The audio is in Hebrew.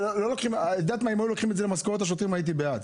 אם היו לוקחים את זה למשכורת השוטרים, הייתי בעד.